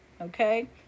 okay